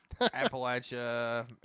Appalachia